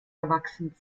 erwachsen